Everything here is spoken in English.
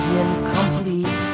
incomplete